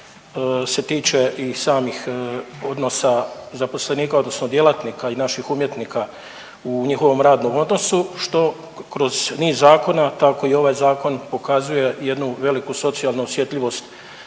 se tiče i samih odnosa zaposlenika, odnosno djelatnika i naših umjetnika u njihovom radnom odnosu što kroz niz zakona tako i ovaj zakon pokazuje jednu veliku socijalnu osjetljivost